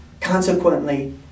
consequently